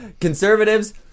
Conservatives